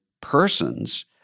persons